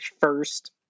first